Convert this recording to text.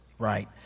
right